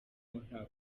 nta